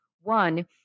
One